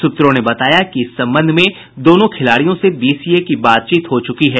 सूत्रों ने बताया कि इस संबंध में दोनों खिलाड़ियों से बीसीए की बातचीत हो चुकी है